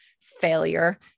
failure